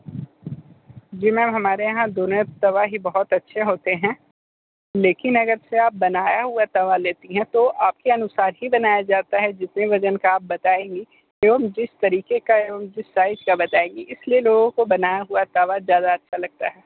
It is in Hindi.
जी मैम हमारे यहाँ दोनों तवे ही बहुत अच्छे होते हैं लेकिन अगर से आप बनाया हुआ तवा लेतीं हैं तो आप के अनुसार ही बनाया जाता है जितने वज़न का आप बताएंगी एवं जिस तरीक़े का एवं जिस साइज का बताएंगी इसी लिए लोगों को बनाया हुआ तवा ज़्यादा अच्छा लगता है